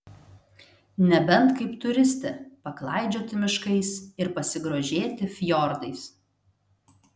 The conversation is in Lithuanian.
nebent kaip turistė paklaidžioti miškais ir pasigrožėti fjordais